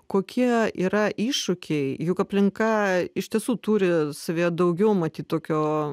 kokie yra iššūkiai juk aplinka iš tiesų turi savyje daugiau matyt tokio